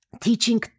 teaching